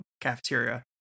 cafeteria